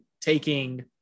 taking